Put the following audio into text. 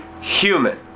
human